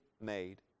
made